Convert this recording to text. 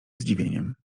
zdziwieniem